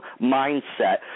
mindset